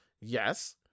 yes